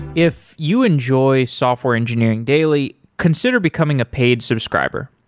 if you enjoy software engineering daily, consider becoming a paid subscriber.